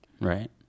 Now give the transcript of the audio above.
right